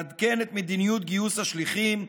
לעדכן את מדיניות גיוס השליחים,